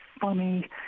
funny